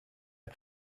ond